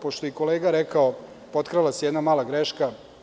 Pošto je i kolega rekao, potkrala se jedna mala greška.